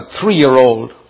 three-year-old